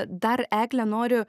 dar egle noriu